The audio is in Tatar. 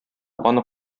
аны